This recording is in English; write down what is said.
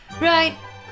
Right